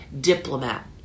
diplomat